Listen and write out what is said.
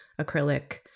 acrylic